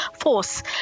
force